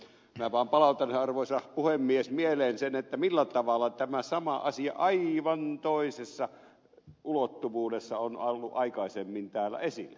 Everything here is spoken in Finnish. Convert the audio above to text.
minä vaan palautan arvoisa puhemies mieleen sen millä tavalla tämä sama asia aivan toisessa ulottuvuudessa on ollut aikaisemmin täällä esillä